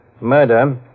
murder